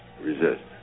Resist